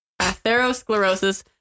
atherosclerosis